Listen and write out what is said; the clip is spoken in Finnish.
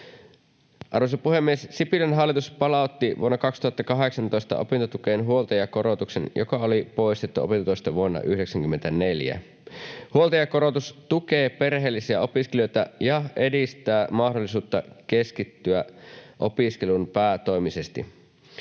Arvoisa puhemies! Sipilän hallitus palautti vuonna 2018 opintotukeen huoltajakorotuksen, joka oli poistettu opintotuesta vuonna 94. Huoltajakorotus tukee perheellisiä opiskelijoita ja edistää mahdollisuutta keskittyä opiskeluun päätoimisesti.